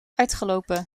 uitgelopen